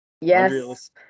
yes